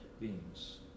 beings